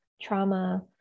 trauma